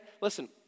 listen